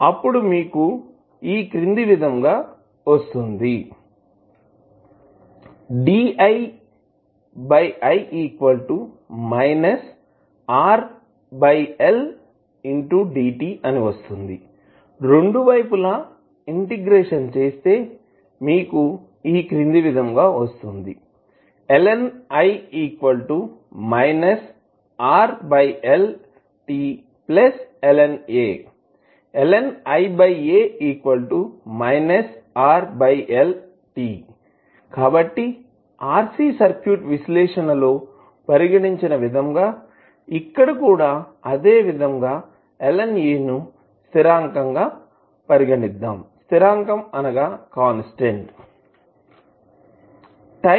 అప్పుడు మీకు ఈ క్రింది విధంగా వస్తుంది రెండువైపులా ఇంటిగ్రేట్ చేస్తే మీకు ఈ క్రింది విధంగా వస్తుంది కాబట్టి RC సర్క్యూట్ విశ్లేషణ లో పరిగణించిన విధంగా ఇక్కడ కూడా అదే విధంగా ln A ను స్థిరాంకం గా కాన్స్టాంట్ constant పరిగణిద్దాం